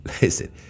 listen